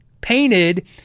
painted